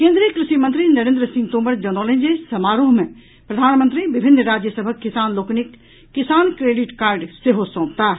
केन्द्रीय कृषि मंत्री नरेन्द्र सिंह तोमर जनौलनि जे समारोह मे प्रधानमंत्री विभिन्न राज्य सभक किसान लोकनिक किसान क्रेडिट कार्ड सेहो सौंपताह